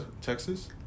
Texas